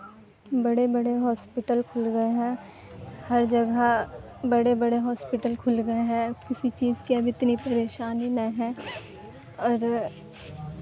بڑے بڑے ہاسپٹل کھل گئے ہیں ہر جگہ بڑے بڑے ہاسپٹل کھل گئے ہیں کسی چیز کی اب اتنی پریشانی نہیں ہے اور